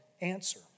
answer